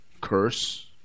curse